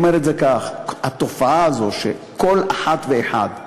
אני אומר את זה כך: התופעה הזו שכל אחת ואחד נכנס,